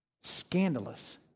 Scandalous